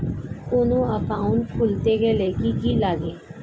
কোন একাউন্ট খুলতে গেলে কি কি লাগে?